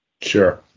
Sure